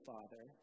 Father